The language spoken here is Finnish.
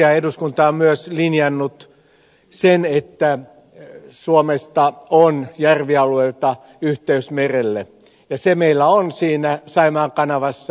eduskunta on myös linjannut että suomesta on järvialueilta yhteys merelle ja se meillä on siinä saimaan kanavassa